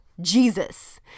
jesus